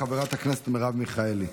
חברת הכנסת מרב מיכאלי,